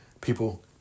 People